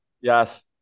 yes